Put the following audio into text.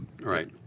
Right